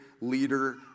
leader